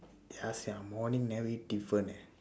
ya sia morning never eat different eh